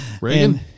Reagan